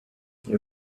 you